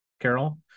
Carol